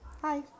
Hi